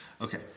Okay